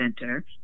center